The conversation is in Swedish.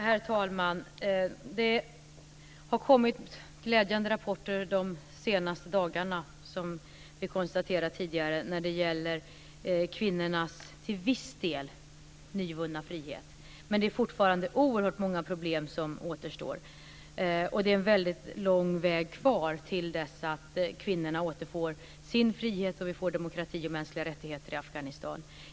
Herr talman! Det har kommit glädjande rapporter de senaste dagarna, som vi konstaterat tidigare, om kvinnornas till viss del nyvunna frihet. Men det är fortfarande oerhört många problem som återstår. Det är en väldigt lång väg kvar till dess att kvinnorna återfår sin frihet och vi får demokrati och mänskliga rättigheter i Afghanistan.